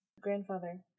grandfather